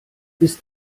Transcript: ist